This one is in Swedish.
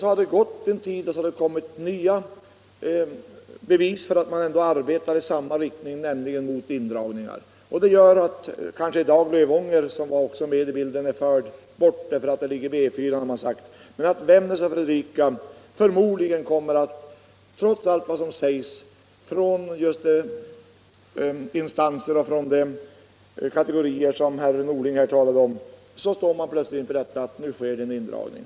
Så har det gått en tid, och sedan har det kommit fram nya = av vissa rationalisebevis för att det i alla fall arbetas i samma riktning, nämligen mot in = ringar inom dragningar. Detta gör att enligt det förslag som föreligger i dag Lövånger, — vägverket som också är med i bilden, är bortfört som arbetsområde — därför att det ligger vid E 4, har det sagts - men att Vännäs och Fredrika förmodligen, trots allt vad som sägs av de instanser och kategorier som herr Norling här talade om, plötsligt kommer att stå inför det faktum att det gjorts en indragning.